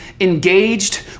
engaged